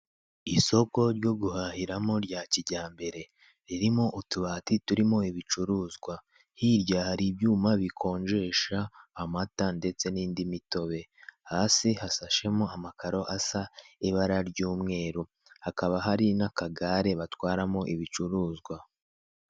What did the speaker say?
isoko ryo guhahiramo rya kijyambere ririmo utubati turimo ibicuruzwa, hirya hari ibyuma bikonjesha amata ndetse n'indi mitobe hasi hasashemo amakaro asa ibara ry'umweru hakaba hari n'akagare batwaramo ibicuruzwa.